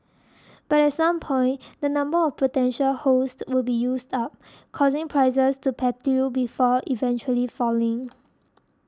but at some point the number of potential hosts would be used up causing prices to plateau before eventually falling